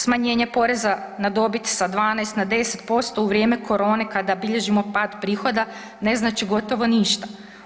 Smanjenje porezna na dobit sa 12 na 10% u vrijeme korone kada bilježimo pad prihoda ne znači gotovo ništa.